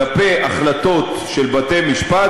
כלפי החלטות של בתי-משפט,